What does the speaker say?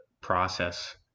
process